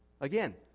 Again